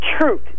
truth